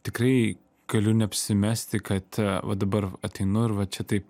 tikrai galiu neapsimesti kad va dabar ateinu ir va čia taip